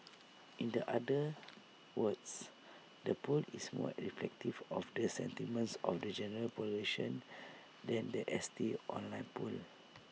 in the other words the poll is more reflective of the sentiments of the general population than The S T online poll